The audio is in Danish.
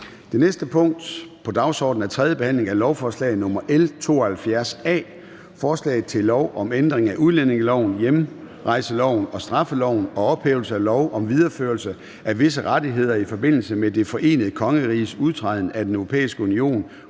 Det næste punkt på dagsordenen er: 7) 3. behandling af lovforslag nr. L 72 A: Forslag til lov om ændring af udlændingeloven, hjemrejseloven og straffeloven og ophævelse af lov om videreførelse af visse rettigheder i forbindelse med Det Forenede Kongeriges udtræden af Den Europæiske Union